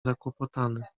zakłopotany